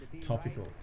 Topical